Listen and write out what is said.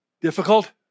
difficult